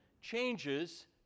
changes